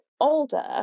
older